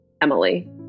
Emily